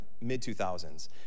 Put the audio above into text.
mid-2000s—